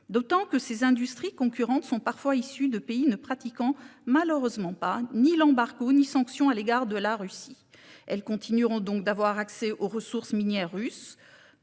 préoccupant que ces industries concurrentes proviennent parfois de pays ne pratiquant malheureusement ni embargo ni sanctions à l'égard de la Russie. Elles continueront donc d'avoir accès aux ressources minières russes,